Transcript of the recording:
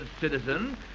citizen